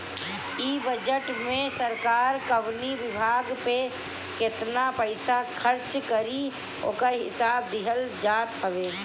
इ बजट में सरकार कवनी विभाग पे केतना पईसा खर्च करी ओकर हिसाब दिहल जात हवे